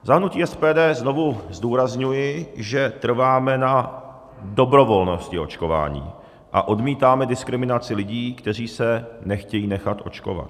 Za hnutí SPD znovu zdůrazňuji, že trváme na dobrovolnosti očkování a odmítáme diskriminaci lidí, kteří se nechtějí nechat očkovat.